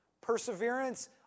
Perseverance